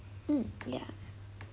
mm ya